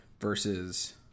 versus